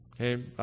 Okay